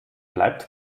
bleibt